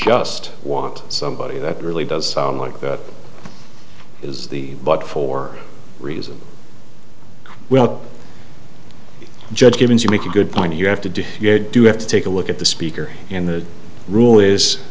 just want somebody that really does sound like that is the but for reasons well judge givens you make a good point you have to do your do have to take a look at the speaker and the rule